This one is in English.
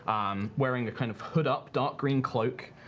um wearing a kind of hood up, dark green cloak,